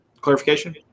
clarification